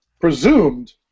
presumed